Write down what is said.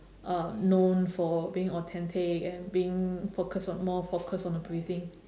uh known for being authentic and being focused on more focused on the breathing